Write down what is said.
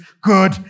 good